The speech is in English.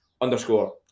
underscore